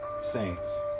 saints